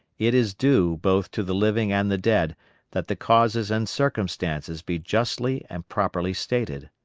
it is due both to the living and the dead that the causes and circumstances be justly and properly stated.